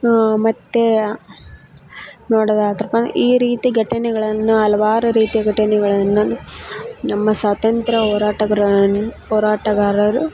ಮತ್ತು ನೋಡೋದಾದರಪ್ಪ ಈ ರೀತಿ ಘಟನೆಗಳನ್ನು ಹಲ್ವಾರು ರೀತಿಯ ಘಟನೆಗಳನ್ನು ನಮ್ಮ ಸ್ವಾತಂತ್ರ್ಯ ಹೋರಾಟಗಾರರು